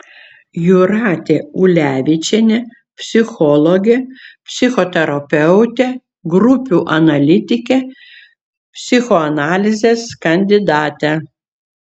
jūratė ulevičienė psichologė psichoterapeutė grupių analitikė psichoanalizės kandidatė